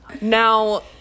Now